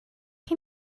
chi